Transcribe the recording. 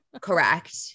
Correct